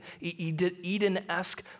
Eden-esque